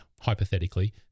hypothetically